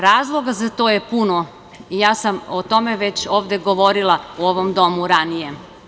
Razloga za to je puno i ja sam o tome već ovde govorila u ovom domu ranije.